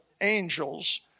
angels